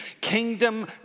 kingdom